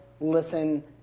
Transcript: listen